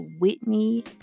Whitney